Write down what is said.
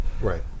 Right